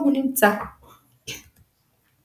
לגבי עניינים ממוניים מסוימים.